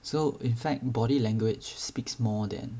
so in fact body language speaks more than